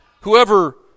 whoever